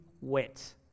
wet